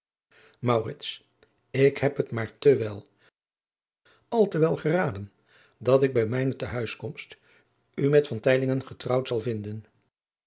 ik heb het maar te wel al te wel geraden dat ik bij mijne te huis komst u met van teylingen getrouwd zal vinden